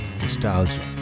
nostalgia